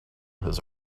his